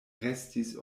restis